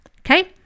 okay